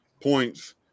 points